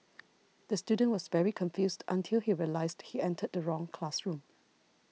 the student was very confused until he realised he entered the wrong classroom